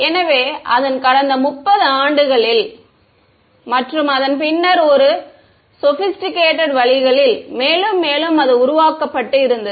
எனவே அதன் கடந்த 30 ஆண்டுகளில் Refer Time 0519 மற்றும் அதன் பின்னர் அது ஒரு சோஃபிஸ்டிகேட்ட் வழிகளில் மேலும் மேலும் அது உருவாக்கப்பட்டு இருந்தது